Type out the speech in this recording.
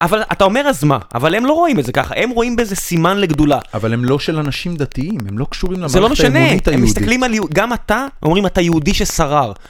אבל אתה אומר אז מה? אבל הם לא רואים את זה ככה, הם רואים באיזה סימן לגדולה. אבל הם לא של אנשים דתיים, הם לא קשורים למערכת האמונית היהודית. זה לא משנה, הם מסתכלים על יהודי, גם אתה, אומרים אתה יהודי שסרר.